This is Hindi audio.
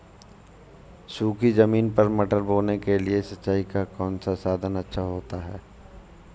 सूखी ज़मीन पर मटर बोने के लिए सिंचाई का कौन सा साधन अच्छा होता है?